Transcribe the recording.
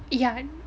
yeah that's why